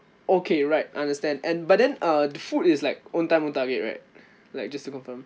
okay right understand and but then uh the food is like own time own target right like just to confirm